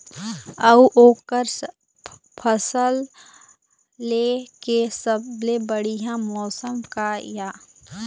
अऊ ओकर फसल लेय के सबसे बढ़िया मौसम का ये?